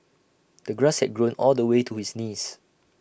the grass had grown all the way to his knees